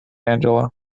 angela